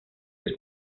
sus